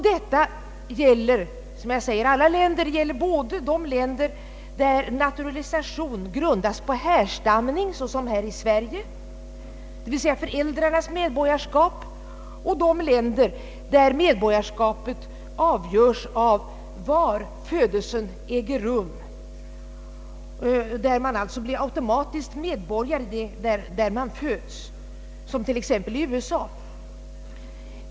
Detta gäller, som jag säger, alla länder, alltså både de länder där naturalisation grundas på härstamning såsom här i Sverige, d. v. s. där föräldrarnas medborgarskap är avgörande, och de länder där medborgarskapet avgörs av var födelsen äger rum — där man automatiskt blir medborgare vid födelsen, såsom t.ex. i USA.